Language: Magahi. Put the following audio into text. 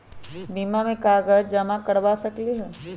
बीमा में कागज जमाकर करवा सकलीहल?